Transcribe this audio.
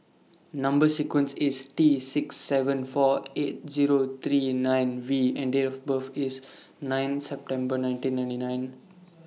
Number sequence IS T six seven four eight Zero three nine V and Date of birth IS nine September nineteen ninety nine